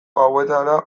gauetara